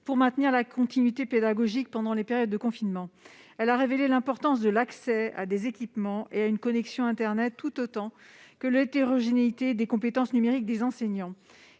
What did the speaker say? pour maintenir la continuité pédagogique pendant les périodes de confinement. Cette crise sanitaire a révélé l'importance de l'accès à des équipements et à une connexion internet tout autant que l'hétérogénéité des compétences numériques des enseignants.